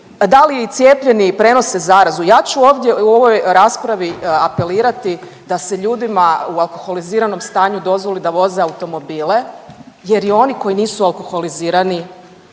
da li i cijepljeni prenose zarazu. Ja ću ovdje u ovoj raspravi apelirati da se ljudima u alkoholiziranom stanju dozvoli da voze automobile jer i oni koji nisu alkoholizirani